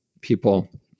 people